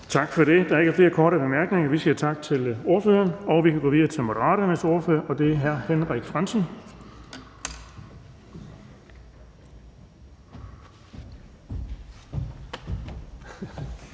Tak for det. Der er ikke flere korte bemærkninger. Vi siger tak til ordføreren. Vi kan gå videre til Moderaternes ordfører, og det er hr. Henrik Frandsen.